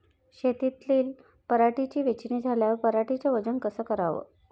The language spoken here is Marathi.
शेतातील पराटीची वेचनी झाल्यावर पराटीचं वजन कस कराव?